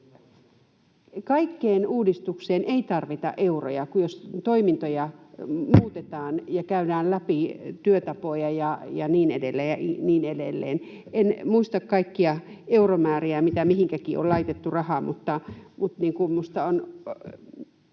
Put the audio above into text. Kaikkeen uudistukseen ei tarvita euroja, jos toimintoja muutetaan ja käydään läpi työtapoja ja niin edelleen ja niin edelleen. En muista kaikkia euromääriä, mitä mihinkäkin on laitettu rahaa. Mutta minusta ei